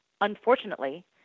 unfortunately